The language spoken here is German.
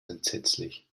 entsetzlich